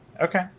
Okay